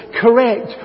Correct